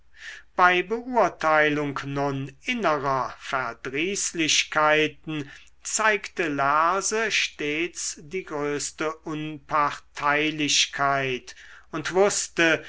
bei beurteilung nun innerer verdrießlichkeiten zeigte lerse stets die größte unparteilichkeit und wußte